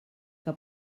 que